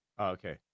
Okay